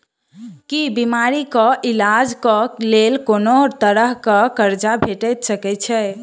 की बीमारी कऽ इलाज कऽ लेल कोनो तरह कऽ कर्जा भेट सकय छई?